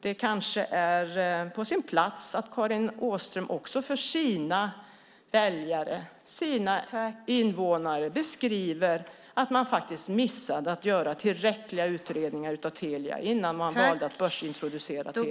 Det kanske är på sin plats att Karin Åström också för sina väljare, sina invånare, beskriver att man faktiskt missade att göra tillräckliga utredningar av Telia innan man valde att börsintroducera företaget.